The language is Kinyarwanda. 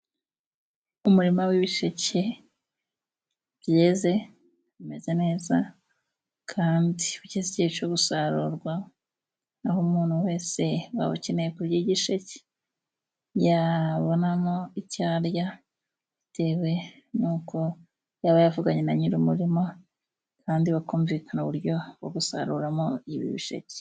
Umurima w'ibisheke byeze umeze neza kandi bigeze igihe co gusarurwa, aho umuntu wese waba ukeneye kurya igisheke yabonamo icyo arya bitewe n'uko yaba yavuganye na nyiri umurima, kandi bakumvikana uburyo bwo gusaruramo ibi bisheke.